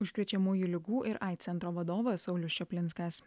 užkrečiamųjų ligų ir aids centro vadovas saulius čaplinskas